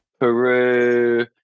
Peru